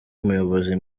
umuyobozi